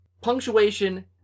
punctuation